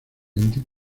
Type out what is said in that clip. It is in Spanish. deep